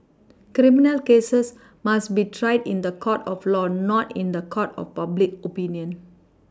criminal cases must be tried in the court of law not in the court of public oPinion